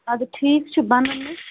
اَدٕ ٹھیٖک چھُ بَنَنے